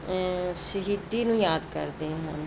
ਸ਼ਹੀਦੀ ਨੂੰ ਯਾਦ ਕਰਦੇ ਹਨ